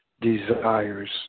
desires